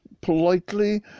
politely